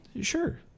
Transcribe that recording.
Sure